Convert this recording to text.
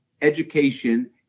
education